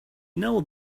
know